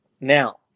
now